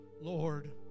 Lord